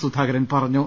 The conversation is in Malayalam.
സുധാകരൻ പറഞ്ഞു